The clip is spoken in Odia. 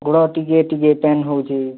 ଗୋଡ଼ ଟିକେ ଟିକେ ପେନ୍ ହେଉଛି